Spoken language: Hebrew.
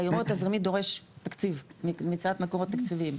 האירוע התזרימי דורש תקציב ממקורות תקציביים.